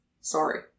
sorry